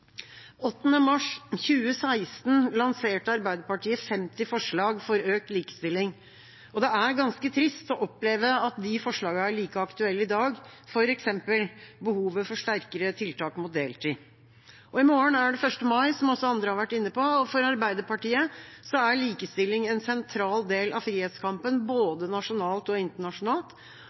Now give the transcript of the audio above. mars 2016 lanserte Arbeiderpartiet 50 forslag for økt likestilling, og det er ganske trist å oppleve at de forslagene er like aktuelle i dag, f.eks. behovet for sterkere tiltak mot deltid. I morgen er det 1. mai, som også andre har vært inne på, og for Arbeiderpartiet er likestilling en sentral del av frihetskampen både nasjonalt og internasjonalt.